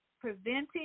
preventing